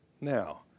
Now